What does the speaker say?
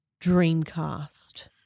Dreamcast